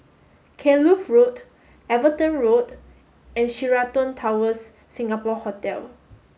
Kloof Road Everton Road and Sheraton Towers Singapore Hotel